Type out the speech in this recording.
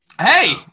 Hey